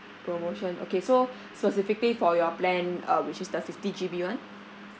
promotion okay so specifically for your plan uh which is the fifty G_B one